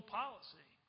policy